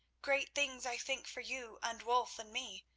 great things, i think, for you and wulf and me.